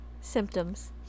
Symptoms